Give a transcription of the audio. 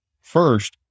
first